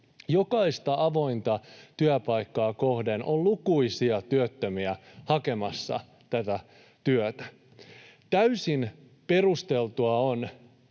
Jokaista avointa työpaikkaa kohden on lukuisia työttömiä hakemassa tätä työtä. Täysin poikkeuksellista on,